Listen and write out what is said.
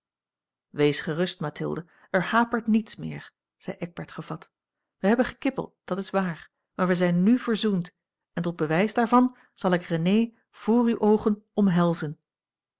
wees gerust mathilde er hapert niets meer zei eckbert gevat wij hebben gekibbeld dat is waar maar wij zijn n verzoend en tot bewijs daarvan zal ik renée voor uwe oogen omhelzen